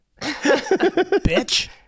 Bitch